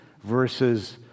versus